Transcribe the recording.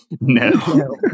No